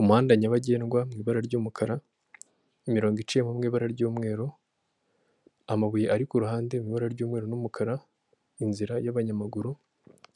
Umuhanda nyabagendwa mu ibara ry'umukara, imirongo iciyemo mu ibara ry'umweru, amabuye ari ku ruhande mu ibara ry'umweru n'umukara, inzira y'abanyamaguru,